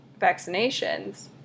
vaccinations